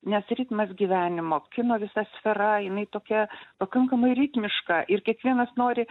nes ritmas gyvenimo kino visas sfera jinai tokia pakankamai ritmiška ir kiekvienas nori